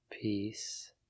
Peace